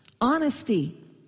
Honesty